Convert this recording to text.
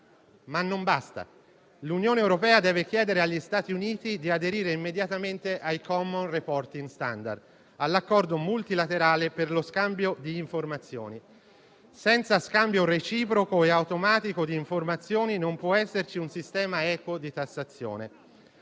Ma non basta. L'Unione europea deve chiedere agli Stati Uniti di aderire immediatamente ai Common reporting standard, all'accordo multilaterale per lo scambio di informazioni; senza scambio reciproco e automatico di informazioni non può esserci un sistema equo di tassazione.